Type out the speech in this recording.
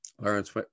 Lawrence